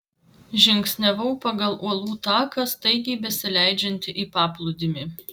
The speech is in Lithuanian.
žingsniavau pagal uolų taką staigiai besileidžiantį į paplūdimį